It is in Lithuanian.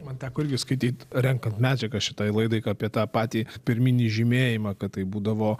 man teko irgi skaityt renkant medžiagą šitai laidai apie tą patį pirminį žymėjimą kad tai būdavo